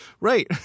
Right